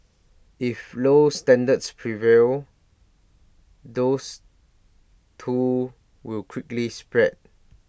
if low standards prevail those too will quickly spread